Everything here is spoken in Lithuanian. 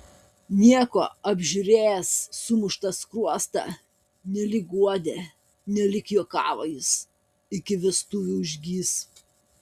nieko apžiūrėjęs sumuštą skruostą nelyg guodė nelyg juokavo jis iki vestuvių užgis